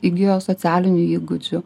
įgijo socialinių įgūdžių